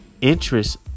interest